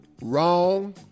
Wrong